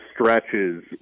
stretches